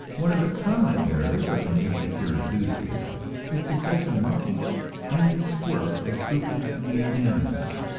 one of the common errors of the nature cure enthusiast is to cite the monkey and the squirrel as fruit and nut-eating animals,